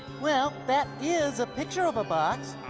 well, that is a picture of a box.